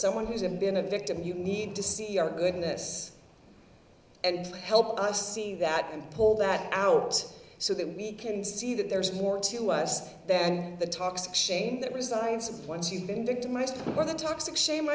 someone who's ever been a victim you need to see our goodness and help us see that and pull that out so that we can see that there's more to us than the toxic shame that resides once you've been victimized by the toxic s